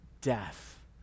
death